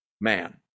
man